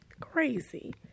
Crazy